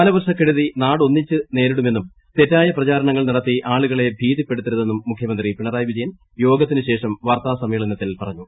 കാലവർഷ കെടുതി നാടൊന്നിച്ച് നേരിടുമെന്നും തെറ്റായ പ്രചാണങ്ങൾ നടത്തി ആളുകളെ ഭീതിപ്പെടുത്തരുതെന്നും മുഖ്യമന്ത്രി പിണറായി വിജയൻ യോഗത്തിനുശേഷം വാർത്താ സമ്മേളനത്തിൽ പറഞ്ഞു